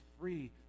free